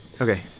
Okay